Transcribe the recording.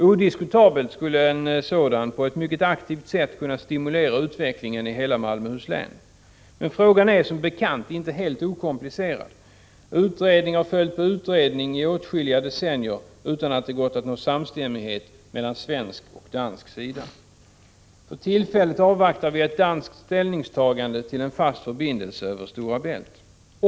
Odiskutabelt skulle en sådan på ett mycket aktivt sätt kunna stimulera utvecklingen i hela Malmöhus län. Men frågan är som bekant inte helt okomplicerad. Utredning har följt på utredning i åtskilliga decennier, utan att det gått att nå samstämmighet mellan parterna på den svenska och den danska sidan. För tillfället avvaktar vi ett danskt ställningstagande till en fast förbindelse över Stora Bält.